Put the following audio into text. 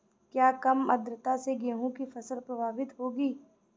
क्या कम आर्द्रता से गेहूँ की फसल प्रभावित होगी?